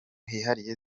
hihariye